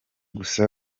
gusa